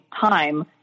time